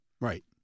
Right